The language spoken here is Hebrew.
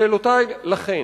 שאלותי, לפיכך: